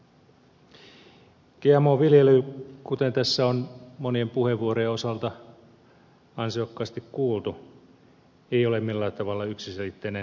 gmo viljely kuten tässä on monien puheenvuorojen osalta ansiokkaasti kuultu ei ole millään tavalla yksiselitteinen kysymys